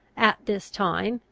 at this time,